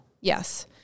Yes